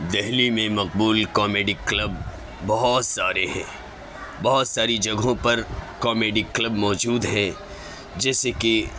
دہلی میں مقبول comedy club بہت سارے ہیں بہت ساری جگہوں پر کامیڈی کلب موجود ہیں جیسے کہ